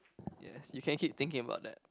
yes you can keep thinking about that